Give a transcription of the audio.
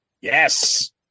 yes